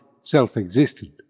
self-existent